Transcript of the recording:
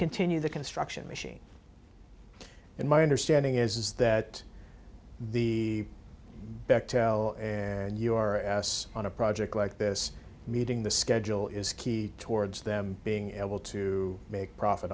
continue the construction machine and my understanding is is that the bechtel and your on a project like this meeting the schedule is key towards them being able to make profit